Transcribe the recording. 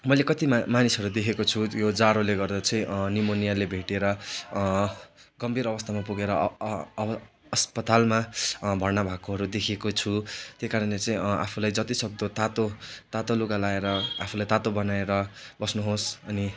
मैले कति मामानिसहरू देखेको छु यो जारोले गर्दा निमुनियाले भेटेर गम्भीर अवस्थामा पुगेर अ अ अस्पतालमा भर्ना भाकोहरू देखेको छु त्यही कारणले चाहिँ आफुलाई जति सक्दो तातो तातो लुगा लाएर आफुलाई तातो बनाएर बस्नुहोस् अनि